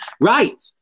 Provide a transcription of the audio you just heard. Right